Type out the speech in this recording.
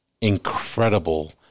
incredible